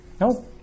No